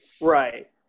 Right